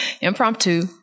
impromptu